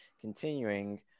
continuing